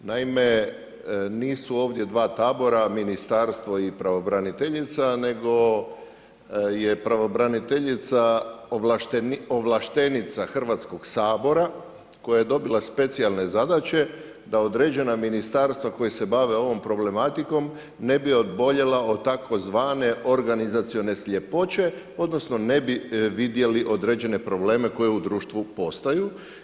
Naime, nisu ovdje dva tabora ministarstvo i pravobraniteljica, nego je pravobraniteljica ovlaštenica Hrvatskog sabora koja je dobila specijalne zadaće da određena ministarstva koja se bave ovom problematikom ne bi oboljela od tzv. organizacione sljepoće odnosno ne bi vidjeli određene probleme koji u društvu postaju.